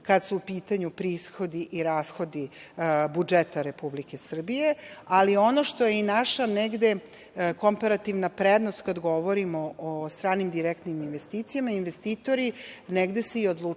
kada su u pitanju prihodi i rashodi budžeta Republike Srbije, ali ono što je i naša negde komparativna prednost kad govorimo o stranim direktnim investicijama. Investitori se negde i odlučuju